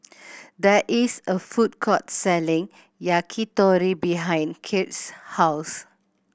there is a food court selling Yakitori behind Kirt's house